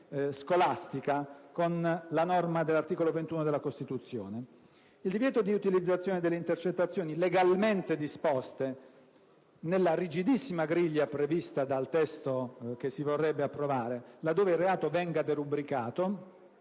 scolastica - con la norma dell'articolo 21 della Costituzione. Il divieto di utilizzazione di intercettazioni legalmente disposte nella rigidissima griglia prevista dal testo che si vorrebbe approvare, laddove il reato venga derubricato,